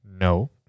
No